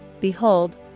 Behold